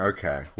Okay